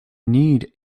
need